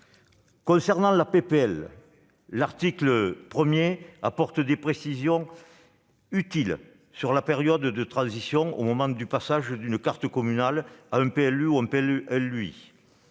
de loi, son article 1 apporte des précisions utiles sur la période de transition au moment du passage d'une carte communale à un PLU ou à un PLUi,